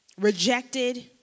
rejected